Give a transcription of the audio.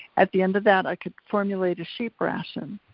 at the end of that i could formulate a sheep ration,